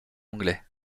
anglais